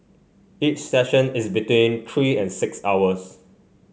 each session is between three and six hours